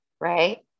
right